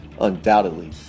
Undoubtedly